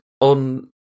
on